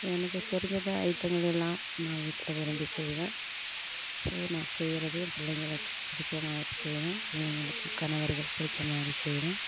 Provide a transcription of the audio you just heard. எனக்கு தெரிஞ்ச ஐட்டங்கள் எல்லாம் நான் வீட்டில் விரும்பி செய்வேன் ஸோ நான் செய்கிறது என் பிள்ளைகளுக்கு பிடித்த மாதிரி செய்வேன் பிள்ளைகளுக்கு கணவருக்கு பிடித்த மாதிரி செய்வேன்